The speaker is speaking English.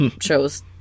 shows